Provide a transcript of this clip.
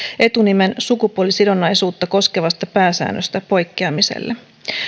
etunimen sukupuolisidonnaisuutta koskevasta pääsäännöstä poikkeamiselle